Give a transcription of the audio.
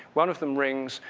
one of them rings,